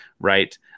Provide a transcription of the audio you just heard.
right